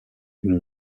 une